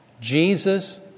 Jesus